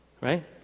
Right